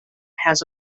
has